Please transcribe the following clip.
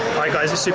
hi guys, it's super